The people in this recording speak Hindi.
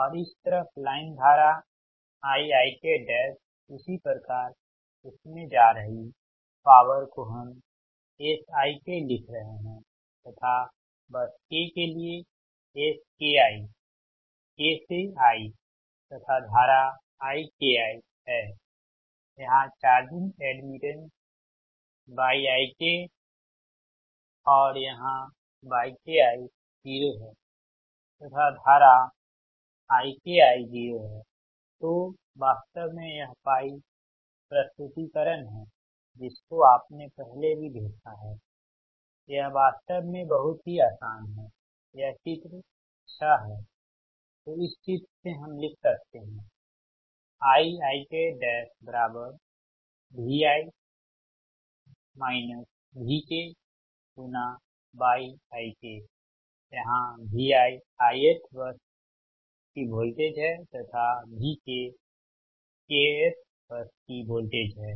और इस तरफ लाइन धारा Iikइसी प्रकार इसमें जा रही पॉवर को हम Sik लिख रहे हैं तथा बस k के लिए Ski k से i तथा धारा Iki है यहां चार्जिंग एड्मिटेंस yikoऔर यहां ykioहै तथा धारा Ikioहै तो वास्तव में यह पाई प्रस्तुतीकरण है जिसको आपने पहले भी देखा है यह वास्तव में बहुत ही आसान है यह चित्र 6 है तो इस चित्र से हम लिख सकते हैं Iikyikयहां Vi ith बस की वोल्टेज है तथा Vk k th बस की वोल्टेज है